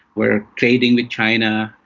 were trading with china,